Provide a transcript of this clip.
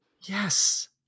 Yes